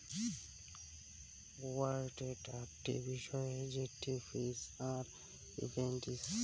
পড়াইয়ার আকটি বিষয় জেটটি ফিজ আর ইফেক্টিভ